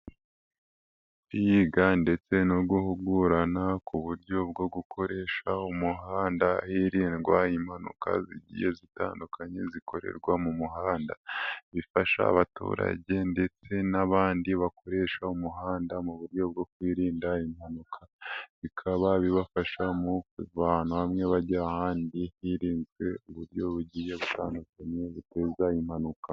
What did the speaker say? Kwiga ndetse no guhugurana ku buryo bwo gukoresha umuhanda hirindwa impanuka zigiye zitandukanye zikorerwa mu muhanda bifasha abaturage ndetse n'abandi bakoresha umuhanda mu buryo bwo kwirinda impanuka bikaba bibafasha mu kuva ahantu hamwe bajya ahandi hirinzwe uburyo bugiye butandukanye buteza impanuka.